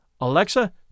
Alexa